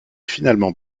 finalement